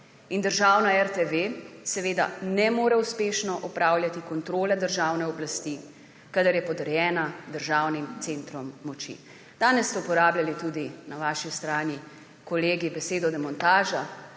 državna RTV seveda ne more uspešno opravljati kontrole državne oblasti, kadar je podrejena državnim centrom moči. Danes so uporabljali kolegi na vaši strani besedo demontaža.